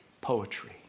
poetry